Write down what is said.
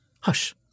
Hush